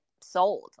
sold